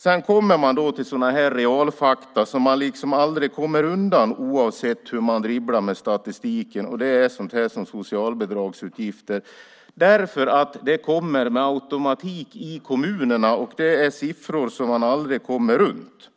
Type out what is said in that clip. Sedan kommer man till realfakta som man aldrig kommer undan oavsett hur man dribblar med statistiken. Det är sådant som socialbidragsutgifter. Det kommer med automatik i kommunerna och är siffror som man aldrig kommer runt.